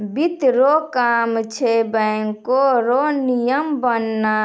वित्त रो काम छै बैको रो नियम बनाना